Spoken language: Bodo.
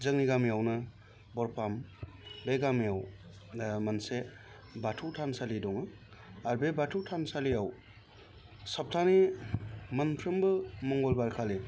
जोंनि गामियावनो हरफाम बे गामियाव मोनसे बाथौ थानसालि दङ आर बे बाथौ थानसालियाव सप्ताहनि मोनफ्रोमबो मंगलबार खालि